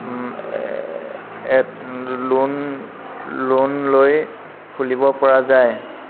loan loan লৈ খুলিবপৰা যায়